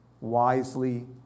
wisely